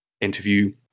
interview